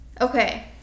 Okay